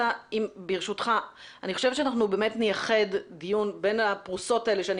אני חושבת שאנחנו באמת נייחד דיון בין הפרוסות האלה שאני